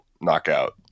knockout